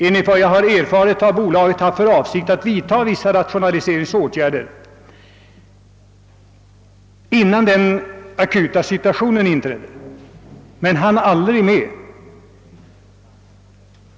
Enligt vad jag har erfarit har bolaget haft för avsikt att vidtaga vissa rationaliseringsåtgärder, innan den akuta situationen inträdde, men man hann aldrig med detta.